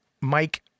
Mike